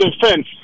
defense